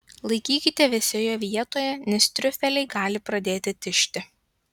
laikykite vėsioje vietoje nes triufeliai gali pradėti tižti